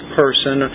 person